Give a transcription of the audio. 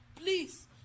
Please